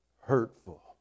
hurtful